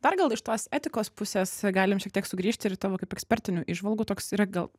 dar gal iš tos etikos pusės galim šiek tiek sugrįžti ir tavo kaip ekspertinių įžvalgų toks yra gal